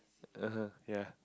[uh huh] ya